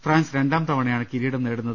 France രണ്ടാം തവണയാണ് കിരീടം നേടുന്നത്